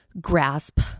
grasp